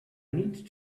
need